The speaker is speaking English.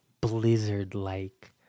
Blizzard-like